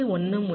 1 முதல் 1